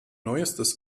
neuestes